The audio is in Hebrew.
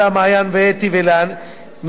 מעיין,